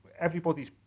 everybody's